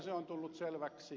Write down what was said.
se on tullut selväksi